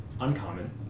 uncommon